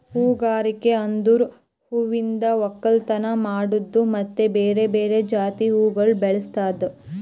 ಹೂಗಾರಿಕೆ ಅಂದುರ್ ಹೂವಿಂದ್ ಒಕ್ಕಲತನ ಮಾಡದ್ದು ಮತ್ತ ಬೇರೆ ಬೇರೆ ಜಾತಿ ಹೂವುಗೊಳ್ ಬೆಳಸದ್